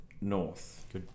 North